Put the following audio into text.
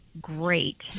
great